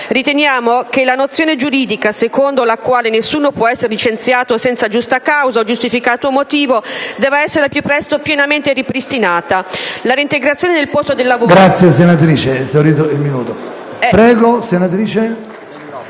Riteniamo che la nozione giuridica secondo la quale nessuno può essere licenziato senza giusta causa o giustificato motivo debba essere al più presto pienamente ripristinata. La reintegrazione nel posto... *(Il microfono si